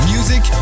Music